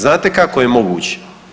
Znate kako je moguće?